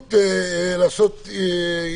אפשרות לעשות דברים.